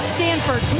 Stanford